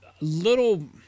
little